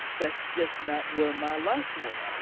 that's just not where my life went.